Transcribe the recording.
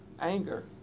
anger